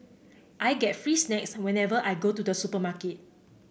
I get free snacks whenever I go to the supermarket